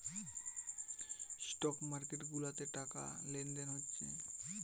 stock market গুলাতে টাকা লেনদেন হচ্ছে